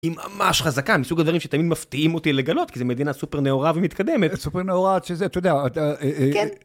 היא ממש חזקה מסוג הדברים שתמיד מפתיעים אותי לגלות כי זה מדינה סופר נאורה ומתקדמת. סופר נאורה עד שזה, אתה יודע... כן